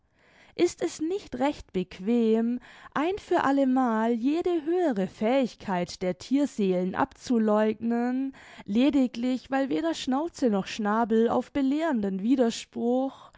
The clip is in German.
ist es nicht recht bequem ein für allemal jede höhere fähigkeit der thierseelen abzuleugnen lediglich weil weder schnauze noch schnabel auf belehrenden widerspruch